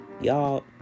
y'all